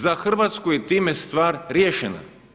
Za Hrvatsku je time stvar riješena.